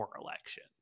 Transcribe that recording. election